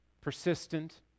persistent